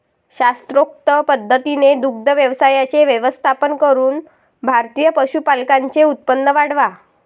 शास्त्रोक्त पद्धतीने दुग्ध व्यवसायाचे व्यवस्थापन करून भारतीय पशुपालकांचे उत्पन्न वाढवा